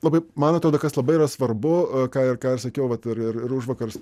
labai man atrodo kas labai yra svarbu ką ir ką aš sakiau vat ir ir užvakar